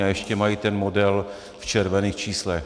A ještě mají ten model v červených číslech.